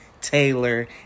Taylor